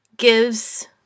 Gives